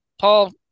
Paul